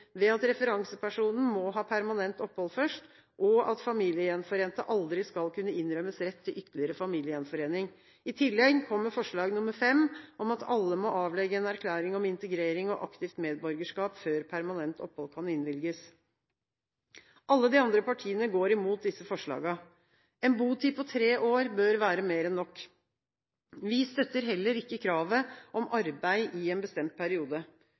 ved at referansepersonen må ha permanent opphold først, og at familiegjenforente aldri skal kunne innrømmes rett til ytterligere familiegjenforening. I tillegg kommer forslag nr. 5 om at alle må avlegge en erklæring om integrering og aktivt medborgerskap før permanent opphold kan innvilges. Alle de andre partiene går imot disse forslagene. En botid på tre år bør være mer enn nok. Vi støtter heller ikke kravet om arbeid i en bestemt periode.